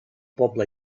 poble